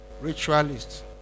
Ritualists